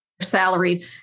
salaried